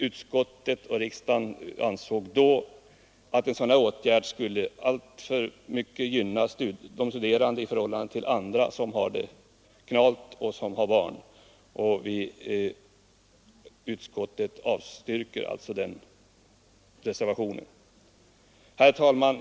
Utskottet och riksdagen ansåg då att en sådan åtgärd alltför mycket skulle gynna de studerande i förhållande till andra som har det knalt och som har barn. Utskottet avstyrker alltså motionen. d Herr talman!